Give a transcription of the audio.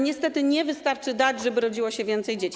Niestety nie wystarczy dać, żeby rodziło się więcej dzieci.